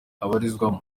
abarizwamo